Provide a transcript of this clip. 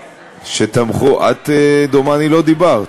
שתמכו, את, דומני, לא דיברת.